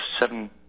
seven